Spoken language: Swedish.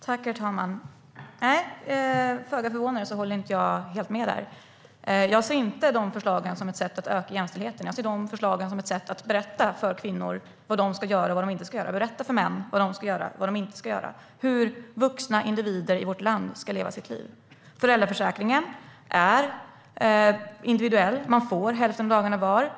Herr talman! Föga förvånande håller jag inte helt med. Jag ser inte de förslagen som ett sätt att öka jämställdheten. Jag ser de förslagen som ett sätt att berätta för kvinnor och män vad de ska göra och vad de inte ska göra och hur vuxna individer i vårt land ska leva sitt liv. Föräldraförsäkringen är individuell. Man får hälften av dagarna var.